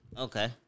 Okay